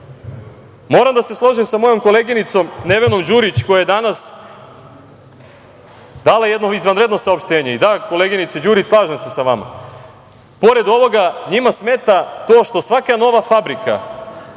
da se složim sa mojom koleginicom Nevenom Đurić koja je danas dala jedno izvanredno saopštenje. Koleginice Đurić, slažem se sa vama. Pored ovoga njima smeta to što svaka nova fabrika,